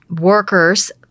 workers